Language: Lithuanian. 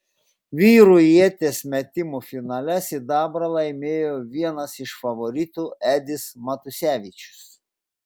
vyrų ieties metimo finale sidabrą laimėjo vienas iš favoritų edis matusevičius